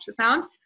ultrasound